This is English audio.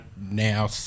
now